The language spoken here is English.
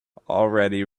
already